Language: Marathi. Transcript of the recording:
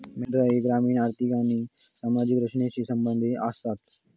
मेंढरा ही ग्रामीण अर्थ व्यवस्था आणि सामाजिक रचनेशी संबंधित आसतत